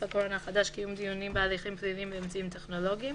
הקורונה החדש) (קיום דיונים בהליכים פליליים באמצעים טכנולוגיים),